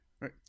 Right